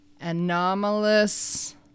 anomalous